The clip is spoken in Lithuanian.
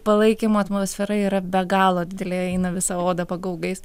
palaikymo atmosfera yra be galo didelė eina visa oda pagaugais